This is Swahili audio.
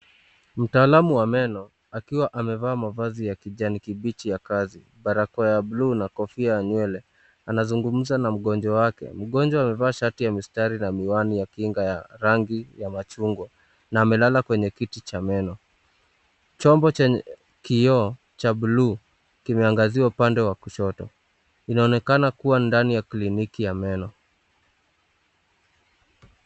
Mtaalam wa meno akiwa amevaa mavazi ya kijani kibichi ya kazi ,barakoa ya bluu na kofia ya nywele anazungumza na mgonjwa wake , mgonjwa amevaa shati la mistari na miwani ya kinga ya rangi ya machungwa na amelala kwenye kiti cha meno. Chombo chenye kioo cha bluu kimeangaziwa upande wa kushoto inaonekana kuwa ndani ya kliniki ya meno.